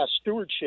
Stewardship